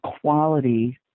quality